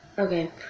Okay